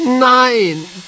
Nein